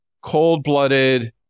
Cold-blooded